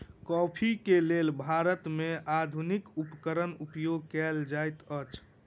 coffee के लेल भारत में आधुनिक उपकरण उपयोग कएल जाइत अछि